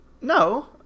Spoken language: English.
no